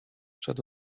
przed